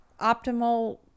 optimal